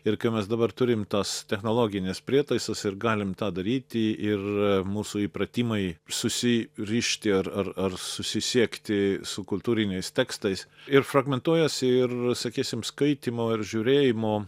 ir kai mes dabar turim tas technologinius prietaisus ir galim tą daryti ir mūsų įpratimai susirišti ar ar susisiekti su kultūriniais tekstais ir fragmentuojasi ir sakysim skaitymo ir žiūrėjimo